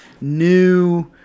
new